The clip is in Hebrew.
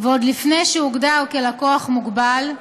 ועוד לפני שהוגדר לקוח מוגבל,